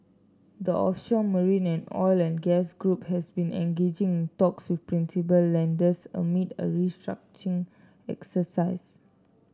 the offshore marine and oil and gas group has been engaging in talks with principal lenders amid a restructuring exercise